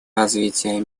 развития